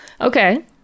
Okay